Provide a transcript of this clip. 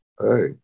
Hey